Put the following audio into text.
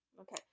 Okay